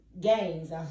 games